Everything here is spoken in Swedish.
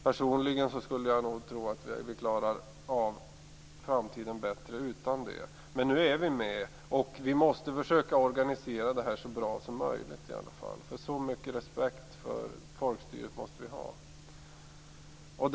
Personligen tror jag att vi klarar av framtiden bättre utan detta. Men nu är vi med, och vi måste försöka organisera det här så bra som möjligt i alla fall. Så mycket respekt för folkstyret måste vi ha.